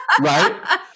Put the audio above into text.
Right